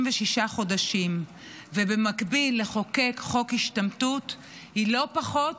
חודשים ובמקביל לחוקק חוק השתמטות היא לא פחות